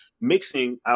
mixing